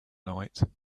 night